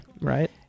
right